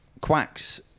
quacks